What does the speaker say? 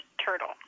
turtle